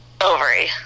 Ovary